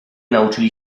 nauczyli